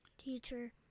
Teacher